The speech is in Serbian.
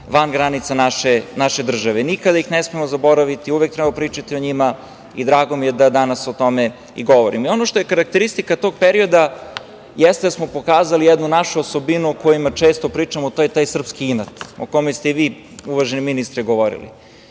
van granica naše države. Nikada ih ne smemo zaboraviti. Uvek treba da pričamo o njima i drago mi je da danas o tome i govorimo. Ono što je karakteristika tog perioda jeste da smo pokazali jednu našu osobinu o kojoj često pričamo, a to je taj srpski inat, o kome ste i vi, uvaženi ministre, govorili.